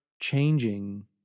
changing